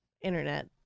internet